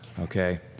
Okay